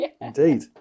Indeed